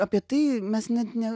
apie tai mes net ne